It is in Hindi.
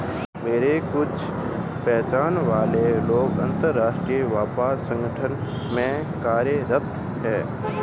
मेरे कुछ पहचान वाले लोग अंतर्राष्ट्रीय व्यापार संगठन में कार्यरत है